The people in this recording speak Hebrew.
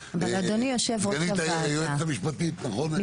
ידי סגנית היועצת המשפטית, כרמית.